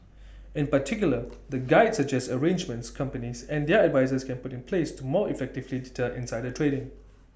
in particular the guide suggests arrangements companies and their advisers can put in place to more effectively deter insider trading